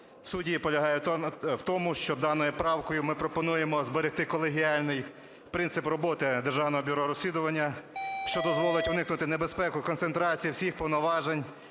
Суть її полягає в тому, що даною правкою ми пропонуємо зберегти колегіальний принцип роботи Державного бюро розслідування, що дозволить уникнути небезпеки концентрації всіх повноважень